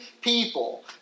people